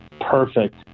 perfect